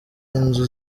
inzu